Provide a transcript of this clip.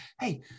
Hey